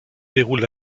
déroule